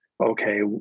okay